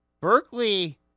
Berkeley